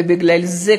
ובגלל זה,